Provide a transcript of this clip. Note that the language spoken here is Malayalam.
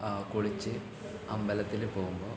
കുളിച്ച് അമ്പലത്തിൽ പോകുമ്പോൾ